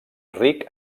ric